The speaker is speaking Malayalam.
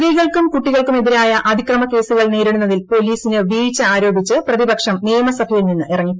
സ്ത്രീകൾക്കും കുട്ടികൾക്കും എതിരായ അതിക്രമ കേസുകൾ നേരിടുന്നതിൽ പോലീസിന് വീഴ്ച ആരോപിച്ച് പ്രതിപക്ഷം നിയമസഭയിൽ നിന്ന് ഇറങ്ങിപ്പോയി